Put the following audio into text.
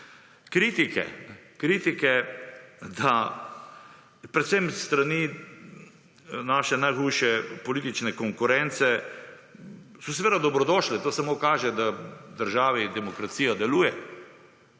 predvsem s strani naše najhujše politične konkurence so seveda dobrodošle, to samo kaže, da v državi demokracija deluje.